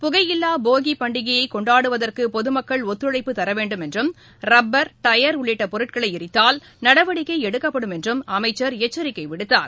புகையில்லா போகி பண்டிகையை கொண்டாடுவதற்கு பொதுமக்கள் ஒத்துழைப்பு தர வேண்டும் என்றும் ரப்பர் டயர் உள்ளிட்ட பொருட்களை எரித்தால் நடவடிக்கை எடுக்கப்படும் என்றும் அமைச்சர் எச்சரிக்கை விடுத்தார்